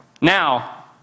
Now